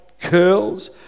curls